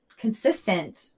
consistent